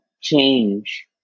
change